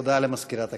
הודעה למזכירת הכנסת.